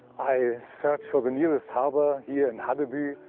i searched for the nearest harbor here in haddeby,